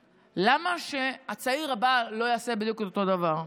למה שהצעיר הבא לא יעשה בדיוק אותו דבר?